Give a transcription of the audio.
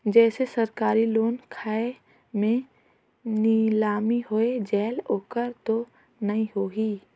जैसे सरकारी लोन खाय मे नीलामी हो जायेल ओकर तो नइ होही?